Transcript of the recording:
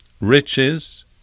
Riches